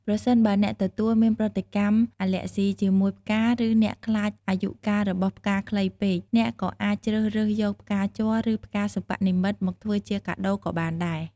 ប្រសិនបើអ្នកទទួលមានប្រតិកម្មអាលែហ្ស៊ីជាមួយផ្កា ឬ អ្នកខ្លាចអាយុកាលរបស់ផ្កាខ្លីពេក អ្នកក៏អាចជ្រើសរើសយក ផ្កាជ័រ ឬ ផ្កាសិប្បនិម្មិត មកធ្វើជាកាដូក៏បានដែរ។